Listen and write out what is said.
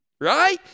right